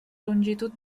longitud